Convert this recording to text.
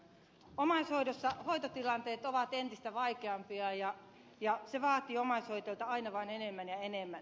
omaishoidossa hoitotilanteet ovat entistä vaikeampia ja se vaatii omaishoitajilta aina vain enemmän ja enemmän